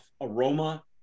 aroma